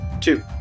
Two